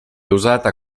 usata